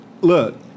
Look